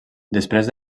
després